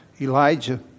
Elijah